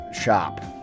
shop